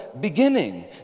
beginning